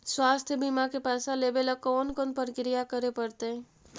स्वास्थी बिमा के पैसा लेबे ल कोन कोन परकिया करे पड़तै?